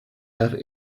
have